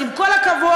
אז עם כל הכבוד,